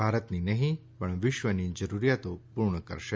ભારતની નહી પણવિશ્વની જરૂરીયાતો પુર્ણ કરશે